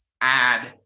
add